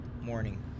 morning